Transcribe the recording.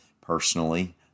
Personally